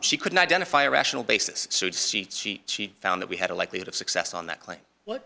she could not identify a rational basis she found that we had a likelihood of success on that claim what